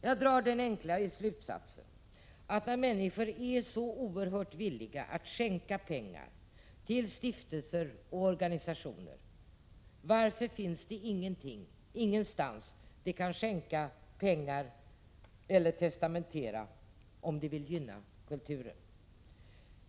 Jag drar den enkla slutsatsen, att när människor är så oerhört villiga att skänka pengar till stiftelser och organisationer borde de också ha möjlighet att skänka eller testamentera pengar för att gynna kulturen.